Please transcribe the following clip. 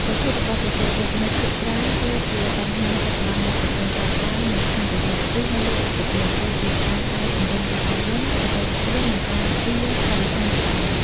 ប្រធានបទជជែកវែកញែកភាគច្រើន គឺជាបញ្ហាបច្ចុប្បន្នដែលកំពុងកើតឡើងនៅក្នុងប្រទេស ឬនៅលើពិភពលោក ដូចជាការកែទម្រង់ការអប់រំ បច្ចេកវិទ្យា ឬការពារបរិស្ថានជាដើម។